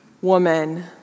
woman